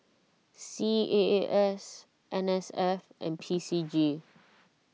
C A A S N S F and P C G